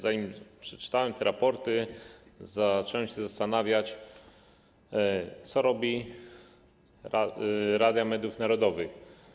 Zanim przeczytałem te raporty, zacząłem się zastanawiać, co robi Rada Mediów Narodowych.